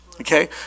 Okay